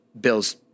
Bills